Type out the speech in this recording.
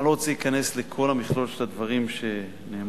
אני לא רוצה להיכנס לכל מכלול הדברים שנאמרו,